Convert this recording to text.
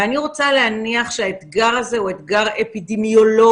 ואני רוצה להניח שהאתגר הזה הוא אתגר אפידמיולוגי.